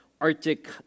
Arctic